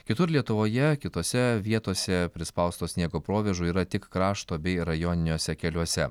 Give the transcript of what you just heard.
kitur lietuvoje kitose vietose prispausto sniego provėžų yra tik krašto bei rajoniniuose keliuose